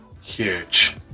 Huge